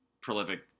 prolific